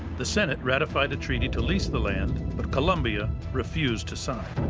the senate ratified a treaty to lease the land, but colombia refused to sign.